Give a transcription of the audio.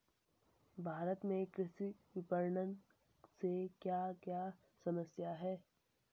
भारत में कृषि विपणन से क्या क्या समस्या हैं?